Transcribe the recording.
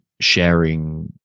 sharing